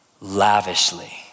lavishly